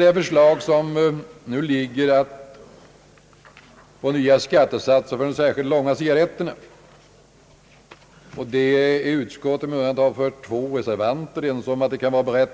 Det förslag som nu föreligger om nya skattesatser för de långa cigarretterna och som utskottet med undantag av två reservanter ställt